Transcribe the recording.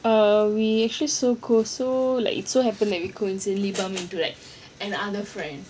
err we actually so close so happen that we coincidentally bump into like another friend